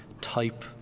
type